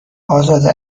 ازاده